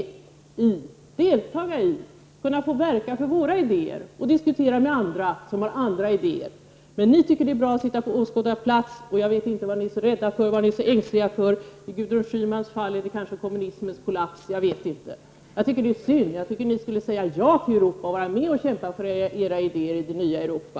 Vi vill kunna verka för våra idéer och diskutera dem med andra som har andra idéer. Men ni tycker att det är bra att sitta på åskådarplats. Jag vet inte vad ni är så rädda och ängsliga för. I Gudrun Schymans fall är det kanske kommunismens kollaps. Jag vet inte vad det beror på, men jag tycker att det är synd. Ni borde säga ja till Europa och vara med och kämpa för era idéer i det nya Europa.